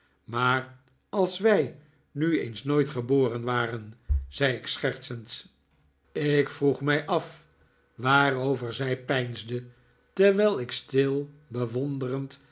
maar als wij nu eens nooit geboren waren zei ik schertsend ik vroeg mij af waarover zij peinsde terwijl ik stil bewonderend